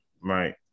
right